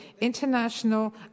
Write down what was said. international